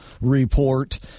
report